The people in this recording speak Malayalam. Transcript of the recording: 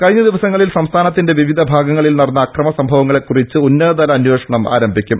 കഴിഞ്ഞ ദിവസങ്ങളിൽ സംസ്ഥാനത്തിന്റെ വിവിധ ഭാഗങ്ങളിൽ നടന്ന അക്രമ സംഭവങ്ങളെക്കുറിച്ച് ഉന്നതതല അന്വേഷണം ആരംഭിക്കും